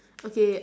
okay